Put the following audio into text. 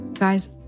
Guys